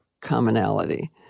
commonality